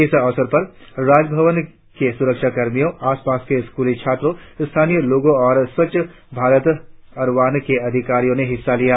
इस अवसर पर राजभवन के सुरक्षा कर्मी आस पास के स्कूली छात्रों स्थानीय लोगों और स्वच्छ भारत अरवान के अधिकारियों ने हिस्सा लिया